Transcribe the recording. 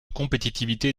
compétitivité